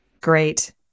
Great